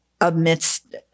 amidst